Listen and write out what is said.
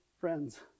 friends